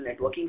networking